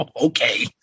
Okay